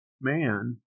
man